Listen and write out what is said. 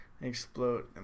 explode